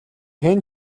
хэн